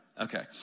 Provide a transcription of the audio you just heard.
Okay